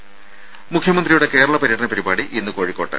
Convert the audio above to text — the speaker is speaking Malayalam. ത മുഖ്യമന്ത്രിയുടെ കേരള പര്യടന പരിപാടി ഇന്ന് കോഴിക്കോട്ട്